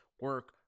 Work